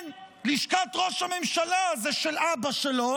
כן, לשכת ראש הממשלה זה של אבא שלו,